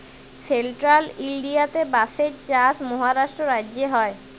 central ইলডিয়াতে বাঁশের চাষ মহারাষ্ট্র রাজ্যে হ্যয়